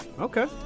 Okay